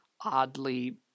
oddly